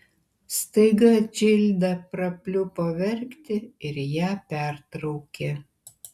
staiga džilda prapliupo verkti ir ją pertraukė